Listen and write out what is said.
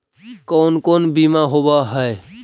कोन कोन बिमा होवय है?